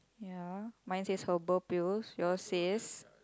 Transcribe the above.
ya my say herbal pills your says